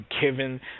given